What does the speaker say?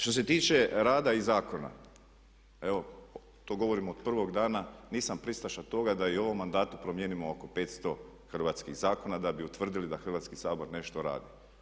Što se tiče rada i zakona, evo to govorim od prvog dana, nisam pristaša toga da i u ovom mandatu promijenimo oko 500 hrvatskih zakona da bi utvrdili da Hrvatski sabor nešto radi.